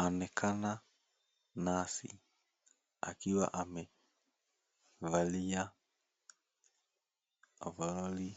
Aonekana nesi akiwa amevalia ovaroli